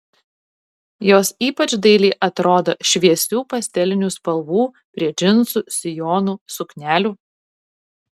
jos ypač dailiai atrodo šviesių pastelinių spalvų prie džinsų sijonų suknelių